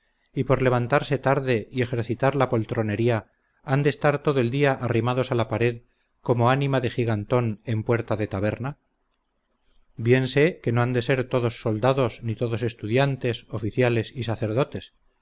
y por levantarse tarde y ejercitar la poltronería han de estar todo el día arrimados a la pared como ánima de gigantón en puerta de taberna bien sé que no han de ser todos soldados ni todos estudiantes oficiales y sacerdotes